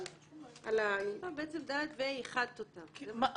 בעצם איחדת את (ד) ו-(ה).